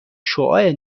شعاع